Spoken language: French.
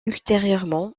ultérieurement